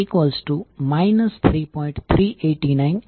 તેથી આપણે તેને કેવી રીતે મુકવી તેની ચિંતા કરવાની જરૂર નથી